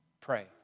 Pray